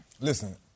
Listen